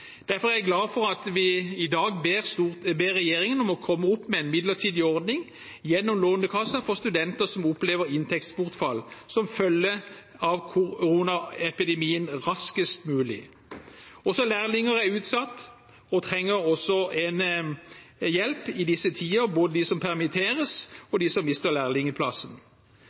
Derfor er jeg glad for at vi i dag ber regjeringen om raskest mulig å komme opp med en midlertidig ordning gjennom Lånekassen for studenter som opplever inntektsbortfall som følge av koronaepidemien. Også lærlinger er utsatt og trenger også hjelp i disse tider, både de som permitteres, og de som mister lærlingplassen.